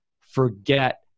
forget